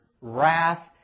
wrath